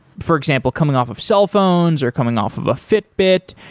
for example, coming off of cellphones, or coming off of a fitbit,